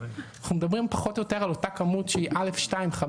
אנחנו מדברים פחות או יותר על אותה כמות שהיא 2 א'/5.